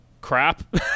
crap